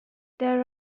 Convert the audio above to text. there